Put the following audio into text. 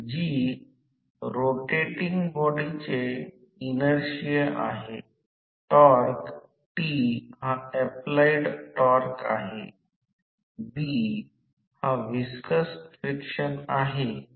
core loss winding आणि घर्षण हानी एकत्रितपणे रोटेशनल लॉस म्हणून घेतले जाते कारण मोटर चालू असताना हे दोन्ही नुकसान होतात